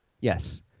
Yes